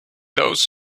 those